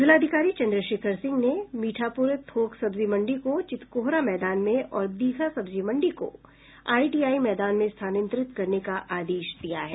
जिलाधिकारी चंद्रशेखर सिंह ने मीठापुर थोक सब्जी मंडी को चितकोहरा मैदान और दीघा सब्जी मंडी को आईटीआई मैदान में स्थानांतरित करने का आदेश दिया है